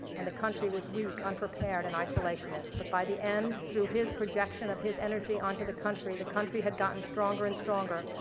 and the country was weak, unprepared, and isolationist. but by the end, through his projection of his energy onto the country, the country had gotten stronger and stronger,